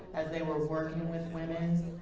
as they were working with women,